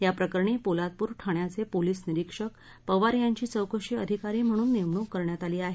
या प्रकरणी पोलादपूर ठाण्याचे पोलीस निरिक्षक पवार यांची चौकशी अधिकारी म्हणून नेमणूक करण्यात आली आहे